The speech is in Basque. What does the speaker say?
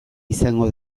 izango